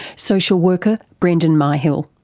social worker brendan myhill.